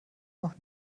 noch